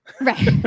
Right